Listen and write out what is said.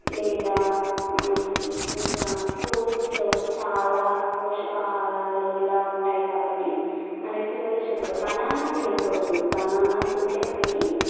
లేదా మనకి ఇంకా ఫ్రూట్స్లో చాలా పోషకాహారాలు ఇలా ఉంటాయి కాబట్టి మనకి ఫీవర్ వచ్చినప్పుడు బనానా తినకూడదు బనానా తింటే మనకి